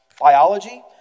Biology